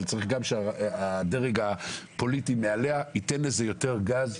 צריך גם שהדרג הפוליטי מעליה ייתן לזה יותר גז,